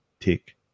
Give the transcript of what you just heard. tick